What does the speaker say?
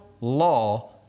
law